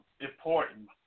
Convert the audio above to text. important